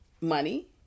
money